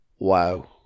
wow